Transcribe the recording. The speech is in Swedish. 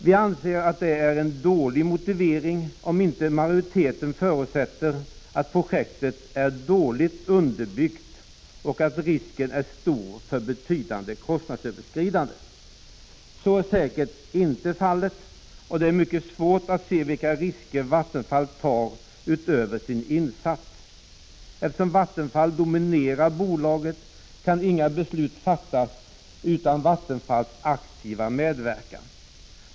Vi anser att det är en dålig motivering, om inte majoriteten förutsätter att projektet är dåligt underbyggt och att risken är stor för betydande kostnadsöverskridande. Så är säkert inte fallet, och det är mycket svårt att se vilka risker Vattenfall tar utöver sin insats. Eftersom Vattenfall dominerar bolaget, kan inga beslut fattas utan Vattenfalls aktiva medverkan.